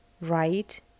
Right